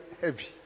heavy